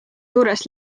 juures